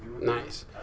Nice